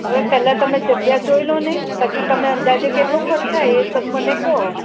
આવે પેલા તમે જ જોઈ લોને પછી તમે અંદાજે કેટલો ખર્ચ થાય એ તમ મને કહો